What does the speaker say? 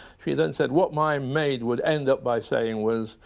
she then said what my maid would end up by saying was,